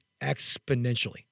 exponentially